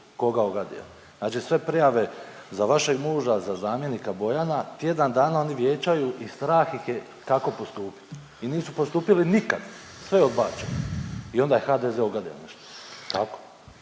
koga ogadio. Znači sve prijave za vašeg muža, za zamjenika Bojana tjedan dana oni vijećaju i strah ih je kako postupiti i nisu postupili nikad, sve je odbačeno i onda je HDZ ogadio nešto. Je